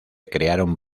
crearon